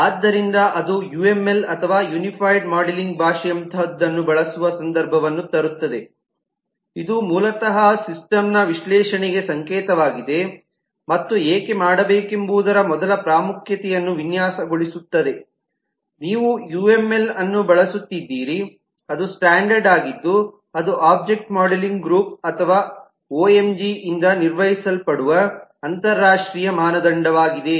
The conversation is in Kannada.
ಆದ್ದರಿಂದ ಅದು ಯುಎಂಎಲ್ ಅಥವಾ ಯೂನಿಫೈಡ್ ಮಾಡೆಲಿಂಗ್ ಭಾಷೆ ಯಂತಹದನ್ನು ಬಳಸುವ ಸಂದರ್ಭವನ್ನು ತರುತ್ತದೆ ಇದು ಮೂಲತಃ ಸಿಸ್ಟಮ್ ವಿಶ್ಲೇಷಣೆಗೆ ಸಂಕೇತವಾಗಿದೆ ಮತ್ತು ಏಕೆ ಮಾಡಬೇಕೆಂಬುದರ ಮೊದಲ ಪ್ರಾಮುಖ್ಯತೆಯನ್ನು ವಿನ್ಯಾಸಗೊಳಿಸುತ್ತದೆ ನೀವು ಯುಎಂಎಲ್ ಅನ್ನು ಬಳಸುತ್ತೀರಿ ಅದು ಸ್ಟ್ಯಾಂಡರ್ಡ್ ಆಗಿದ್ದು ಅದು ಓಬ್ಜೆಕ್ಟ್ ಮಾಡೆಲಿಂಗ್ ಗ್ರೂಪ್ ಅಥವಾ ಒಎಂಜಿಯಿಂದ ನಿರ್ವಹಿಸಲ್ಪಡುವ ಅಂತರರಾಷ್ಟ್ರೀಯ ಮಾನದಂಡವಾಗಿದೆ